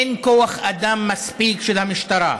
אין כוח אדם מספיק למשטרה.